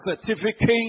certificate